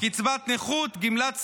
קצבת נכות, גמלת סיעוד,